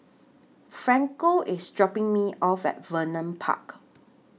Franco IS dropping Me off At Vernon Park